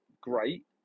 great